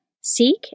Seek